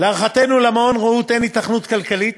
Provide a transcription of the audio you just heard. להערכתנו, למעון "רעות" אין היתכנות כלכלית